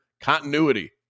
continuity